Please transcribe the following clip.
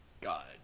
God